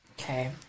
Okay